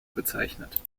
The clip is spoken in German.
bezeichnet